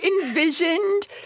envisioned